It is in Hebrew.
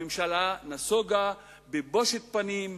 הממשלה נסוגה בבושת פנים,